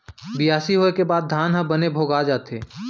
बियासी होय के बाद धान ह बने भोगा जाथे